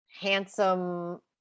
handsome